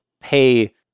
pay